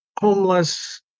homeless